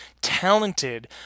talented